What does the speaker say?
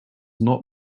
not